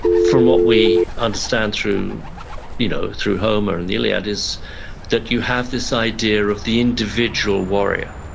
from what we understand, through you know through homer or in the iliad is that you have this idea of the individual warrior,